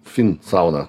fin sauna